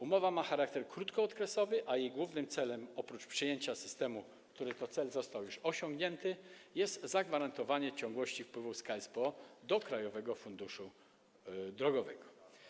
Umowa ma charakter krótkookresowy, a jej głównym celem oprócz przyjęcia systemu, który to cel został już osiągnięty, jest zagwarantowanie ciągłości wpływów z KSPO do Krajowego Funduszu Drogowego.